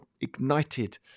ignited